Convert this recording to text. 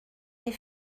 des